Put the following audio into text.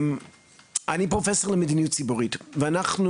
אני פרופסור למדיניות ציבורית ואנחנו